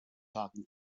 talking